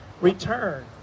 return